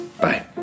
bye